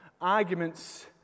arguments